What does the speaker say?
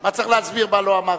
מה צריך להסביר מה לא אמרת?